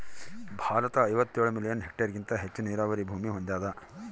ಭಾರತ ಐವತ್ತೇಳು ಮಿಲಿಯನ್ ಹೆಕ್ಟೇರ್ಹೆಗಿಂತ ಹೆಚ್ಚು ನೀರಾವರಿ ಭೂಮಿ ಹೊಂದ್ಯಾದ